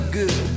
good